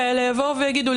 מדינות כאלה יבואו ויגידו,